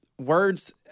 Words